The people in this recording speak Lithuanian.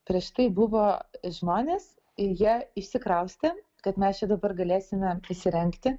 prieš tai buvo žmonės ir jie išsikraustė kad mes čia dabar galėsime įsirengti